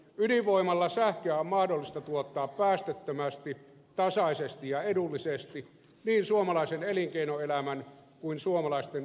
ydinvoimalla sähköä on mahdollista tuottaa päästöttömästi tasaisesti ja edullisesti niin suomalaisen elinkeinoelämän kuin suomalaisten kuluttajienkin tarpeisiin